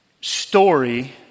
story